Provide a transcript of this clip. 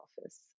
office